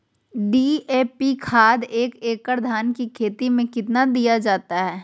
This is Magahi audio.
डी.ए.पी खाद एक एकड़ धान की खेती में कितना दीया जाता है?